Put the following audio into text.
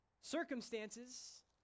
Circumstances